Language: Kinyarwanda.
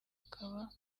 ukaba